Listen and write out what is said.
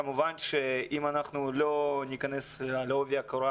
כמובן שאם לא ניכנס עכשיו לעובי הקורה,